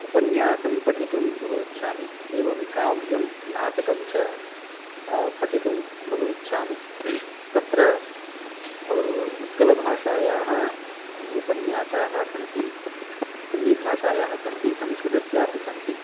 उपन्यासं पठितुं बहु इच्छामि एवं काव्यं नाटकं च पठितुं बहु इच्छामि तत्र उत्कलभाषायाः उपन्यासाः सन्ति हिन्दीभाषायाः सन्ति संस्कृतस्यापि सन्ति